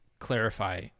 clarify